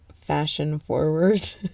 fashion-forward